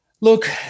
Look